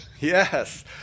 yes